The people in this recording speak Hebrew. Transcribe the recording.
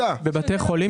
כשמקבל,